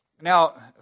Now